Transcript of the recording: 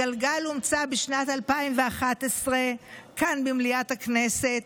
הגלגל הומצא בשנת 2011 כאן במליאת הכנסת,